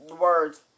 words